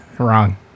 wrong